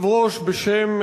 22 בעד,